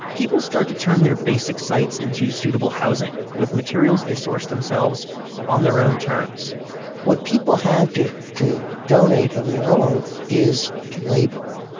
people start to turn their basic sites into suitable housing with materials they source themselves on their own terms what people had to to donate of their own is labor,